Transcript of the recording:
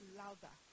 louder